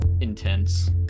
intense